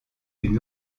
une